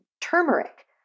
turmeric